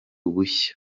bushya